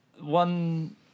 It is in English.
one